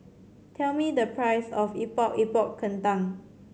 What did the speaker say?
tell me the price of Epok Epok Kentang